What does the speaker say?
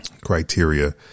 criteria